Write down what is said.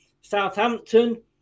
Southampton